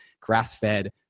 grass-fed